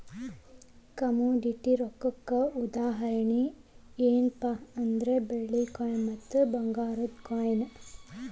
commodity ರೊಕ್ಕಕ್ಕ ಉದಾಹರಣಿ ಯೆನ್ಪಾ ಅಂದ್ರ ಬೆಳ್ಳಿ ಕಾಯಿನ್ ಮತ್ತ ಭಂಗಾರದ್ ಕಾಯಿನ್